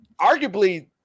arguably